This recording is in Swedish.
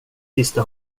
sista